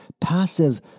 passive